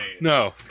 no